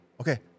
okay